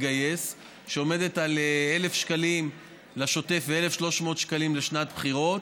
שעומדת על 1,000 שקלים לשוטף ו-1,300 שקלים לשנת בחירות,